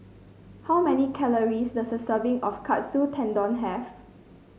how many calories does a serving of Katsu Tendon have